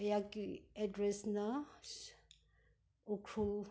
ꯑꯩꯍꯥꯛꯀꯤ ꯑꯦꯗ꯭ꯔꯦꯁꯅ ꯎꯈ꯭ꯔꯨꯜ